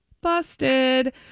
Busted